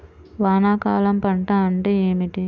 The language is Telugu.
వానాకాలం పంట అంటే ఏమిటి?